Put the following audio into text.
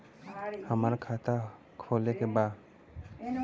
हमार खाता खोले के बा?